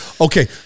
Okay